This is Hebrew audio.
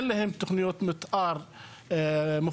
אין להן תוכניות מתאר מפורטות,